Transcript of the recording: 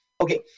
okay